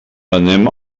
anem